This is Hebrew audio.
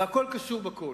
והכול קשור בכול: